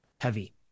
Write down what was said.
heavy